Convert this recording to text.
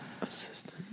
Assistant